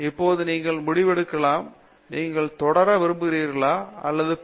இப்போது நீங்கள் முடிவெடுக்கலாம் நீங்கள் தொடர விரும்புகிறீர்களா அல்லது பி